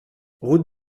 route